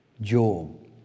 Job